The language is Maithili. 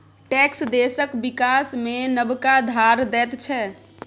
टैक्स देशक बिकास मे नबका धार दैत छै